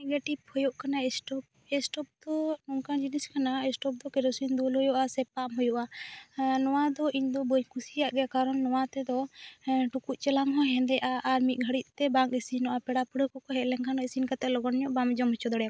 negative ᱦᱩᱭᱩᱜ ᱠᱟᱱᱟ stove stove ᱠᱚ ᱱᱚᱝᱠᱟᱱ ᱡᱤᱱᱤᱥ ᱠᱟᱱᱟ ᱮᱥᱴᱚᱯ ᱫᱚ ᱠᱮᱨᱚᱥᱤᱱ ᱫᱩᱞ ᱦᱩᱭᱩᱜᱼᱟ ᱥᱮ ᱯᱟᱢ ᱦᱩᱭᱩᱜᱼᱟ ᱱᱚᱣᱟ ᱫᱚ ᱤᱧ ᱫᱚ ᱵᱟᱹᱧ ᱠᱩᱥᱤᱭᱟᱜ ᱜᱮᱭᱟ ᱠᱟᱨᱟᱱ ᱱᱚᱣᱟ ᱛᱮᱫᱚ ᱴᱩᱠᱩᱡ ᱪᱮᱞᱟᱝ ᱦᱚᱸ ᱦᱮᱸᱫᱮᱜᱼᱟ ᱟᱨ ᱢᱤᱫ ᱜᱷᱟᱹᱲᱤᱡ ᱛᱮ ᱵᱟᱝ ᱤᱥᱤᱱᱚᱜᱼᱟ ᱯᱮᱲᱟ ᱯᱤᱲᱟᱹ ᱠᱚᱠᱚ ᱦᱮᱡ ᱞᱮᱱ ᱠᱷᱟᱱ ᱤᱥᱤᱱ ᱠᱟᱛᱮ ᱞᱚᱜᱚᱱ ᱧᱚᱜ ᱵᱟᱢ ᱡᱚᱢ ᱦᱚᱪᱚ ᱫᱟᱲᱮ ᱟᱠᱚᱣᱟ